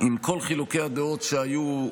עם כל חילוקי הדעות שהיו,